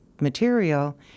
material